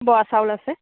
বৰা চাউল আছে